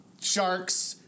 sharks